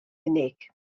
unig